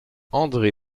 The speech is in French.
andré